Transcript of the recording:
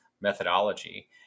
methodology